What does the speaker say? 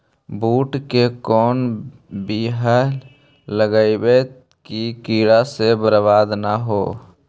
बुंट के कौन बियाह लगइयै कि कीड़ा से बरबाद न हो?